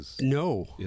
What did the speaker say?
No